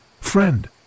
Friend